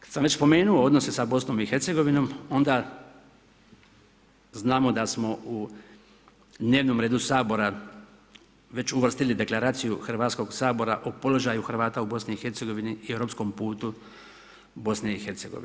Kad sam već spomenuo odnose sa BIH onda, znamo da smo u dnevnom redu Sabora već uvrstili deklaracija Hrvatskog sabora o položaju Hrvata u BIH i europskom putu BIH.